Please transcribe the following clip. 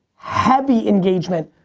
heavy engagement.